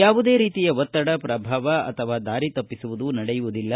ಯಾವುದೇ ರೀತಿಯ ಒತ್ತಡ ಪ್ರಭಾವ ಅಥವಾ ದಾರಿ ತಪ್ಪಿಸುವುದು ನಡೆಯುವುದಿಲ್ಲ